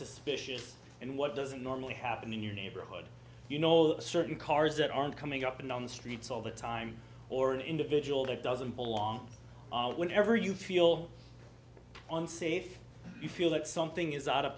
suspicious and what doesn't normally happen in your neighborhood you know that certain cars that aren't coming up and down the streets all the time or an individual that doesn't belong whenever you feel unsafe you feel that something is out of